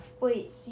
Wait